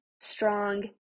strong